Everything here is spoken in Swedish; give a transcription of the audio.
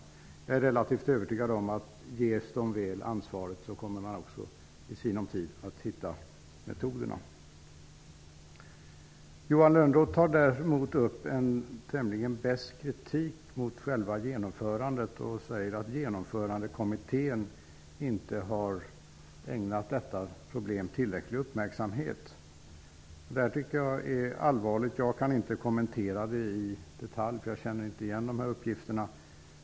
Jag är relativt övertygad om att om de väl ges ansvaret kommer de också i sinom tid att hitta metoderna. Johan Lönnroth riktar tämligen besk kritik mot själva genomförandet och säger att genomförandekommittén inte har ägnat detta problem tillräcklig uppmärksamhet. Det är allvarligt. Jag kan inte kommentera det i detalj eftersom jag inte känner igen uppgifterna.